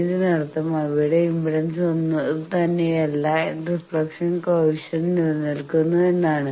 ഇതിനർത്ഥം അവയുടെ ഇംപെഡൻസ് ഒന്നുതന്നെയാണെന്നല്ല റീഫ്ലക്ഷൻ കോയെഫിഷ്യന്റ് നിലനിൽക്കുന്നു എന്നാണ്